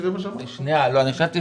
פה אנחנו מצביעים על דבר מסוים,